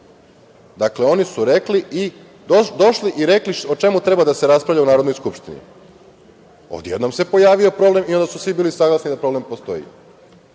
oni su rekli i došli i rekli o čemu treba da se raspravlja u Narodnoj skupštini. Od jednom se pojavio problem i onda su svi bili saglasni da problem postoji,